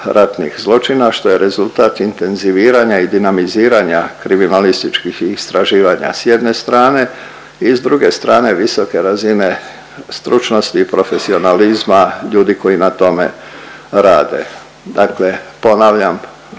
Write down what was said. ratnih zločina što je rezultat intenziviranja i dinamiziranja kriminalističkih istraživanja s jedne strane i s druge strane visoke razine stručnosti i profesionalizma ljudi koji na tome rade. Dakle ponavljam,